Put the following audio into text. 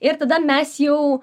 ir tada mes jau